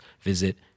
visit